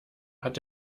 hat